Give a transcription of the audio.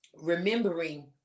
remembering